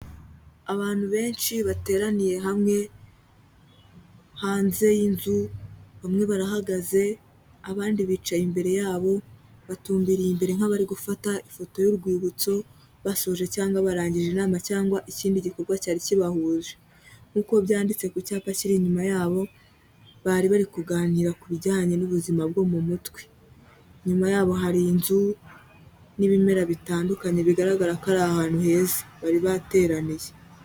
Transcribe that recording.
Abantu benshi bateraniye hamwe hanze y'inzu, bamwe barahagaze, abandi bicaye imbere yabo, batumbiriye imbere nk'abari gufata ifoto y'urwibutso, basoje cyangwa barangije inama cyangwa ikindi gikorwa cyari kibahuje. Nk'uko byanditse ku cyapa kiri inyuma yabo, bari bari kuganira ku bijyanye n'ubuzima bwo mu mutwe. Inyuma yabo hari inzu, n'ibimera bitandukanye bigaragara ko ari ahantu heza bari bateraniye.